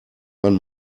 man